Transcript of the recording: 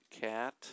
cat